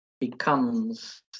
becomes